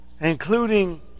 including